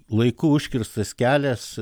laiku užkirstas kelias